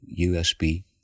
USB